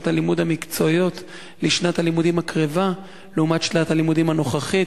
הלימוד המקצועיות לשנת הלימודים הקרובה לעומת שנת הלימודים הנוכחית?